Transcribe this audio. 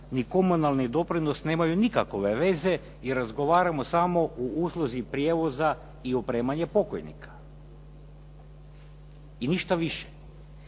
ni komunalni doprinos nemaju nikakve veze i razgovaramo samo u usluzi prijevoza i opremanje pokojnika. I ništa više.